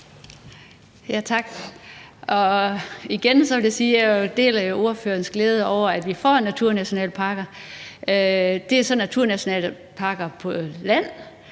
Tak. Igen vil jeg sige, at jeg jo deler ordførerens glæde over, at vi får naturnationalparker. Det er så naturnationalparker på land.